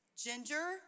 ginger